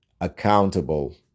accountable